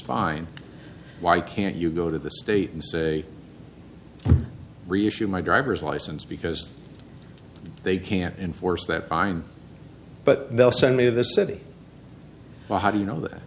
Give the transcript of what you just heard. fine why can't you go to the state and say reissue my driver's license because they can't enforce that fine but they'll send me to the city well how do you know th